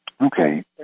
Okay